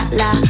la